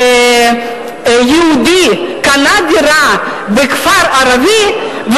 שיהודי קנה דירה בכפר ערבי,